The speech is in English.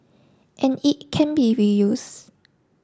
and it can be reuse